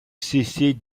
cesser